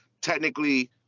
technically